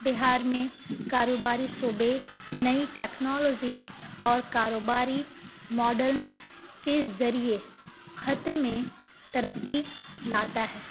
بہار میں کاروباری صوبے نئی ٹیکنالوزی اور کاروباری ماڈنس کے ذریعے خط میں ترقی لاتا ہے